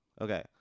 Okay